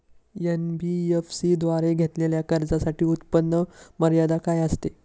NBFC द्वारे घेतलेल्या कर्जासाठी उत्पन्न मर्यादा काय असते?